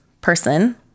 person